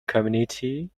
community